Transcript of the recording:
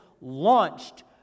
launched